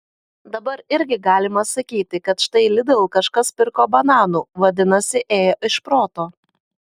dabar irgi galima sakyti kad štai lidl kažkas pirko bananų vadinasi ėjo iš proto